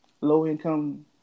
low-income